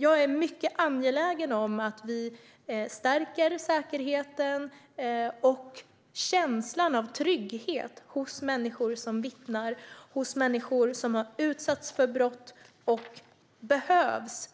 Jag är mycket angelägen om att vi ska stärka säkerheten och känslan av trygghet hos människor som vittnar och hos människor som har utsatts för brott och som